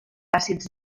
àcids